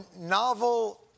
novel